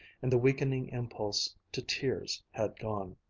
and the weakening impulse to tears had gone.